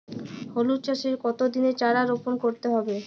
হলুদ চাষে কত দিনের চারা রোপন করতে হবে?